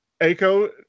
Aiko